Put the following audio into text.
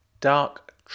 dark